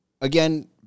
Again